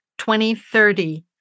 2030